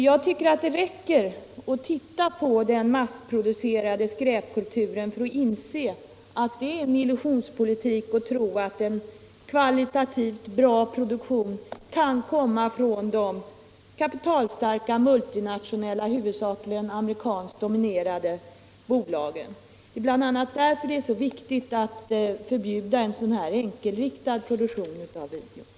Jag tycker att det räcker att titta på den massproducerade skräpkulturen för att inse att det är en illusionspolitik att tro att en kvalitativt bra produktion kan komma från de kapitalstarka, multinationella, huvudsakligen amerikanskt dominerade bolagen. Det är exemeplvis därför som det är så viktigt att förbjuda en sådan här enkelriktad produktion av video.